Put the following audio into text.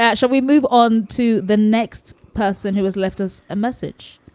yeah shall we move on to the next person who has left us a message?